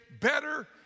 better